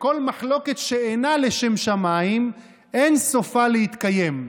וכל מחלוקת שאינה לשם שמיים, אין סופה להתקיים.